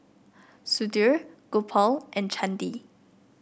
Sudhir Gopal and Chandi